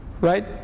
Right